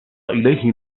إليه